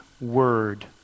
word